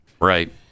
Right